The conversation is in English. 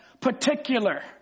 particular